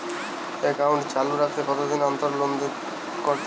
Account চালু রাখতে কতদিন অন্তর লেনদেন করতে হবে?